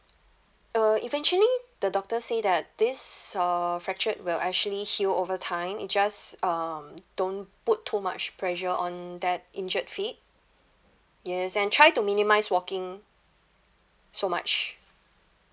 uh eventually the doctor say that this uh fractured will actually heal over time it just um don't put too much pressure on that injured feet yes and try to minimise walking so much